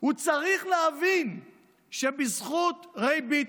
הוא צריך להבין שבזכות ריי ביטון,